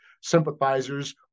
sympathizers